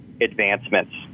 advancements